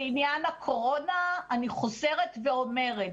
לעניין הקורונה אני חוזרת ואומרת,